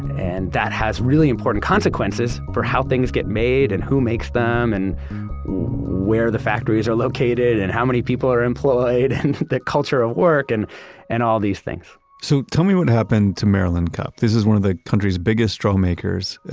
and that has really important consequences for how things get made, and who makes them, and where the factories are located, and how many people are employed. the culture of work, and and all these things so tell me what happened to maryland cup. this is one of the country's biggest straw makers.